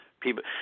people